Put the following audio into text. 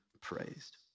praised